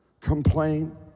complain